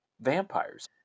vampires